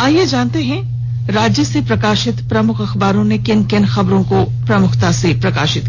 आईये अब सुनते हैं राज्य से प्रकाशित प्रमुख अखबारों ने किन किन खबरों को प्रमुखता से छापा है राज्य से